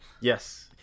Yes